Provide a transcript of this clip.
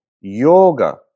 Yoga